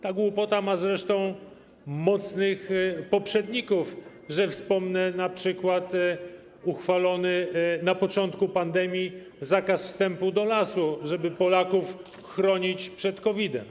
Ta głupota ma zresztą mocnych poprzedników, że wspomnę np. uchwalony na początku pandemii zakaz wstępu do lasu, żeby Polaków chronić przed COVID-em.